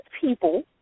people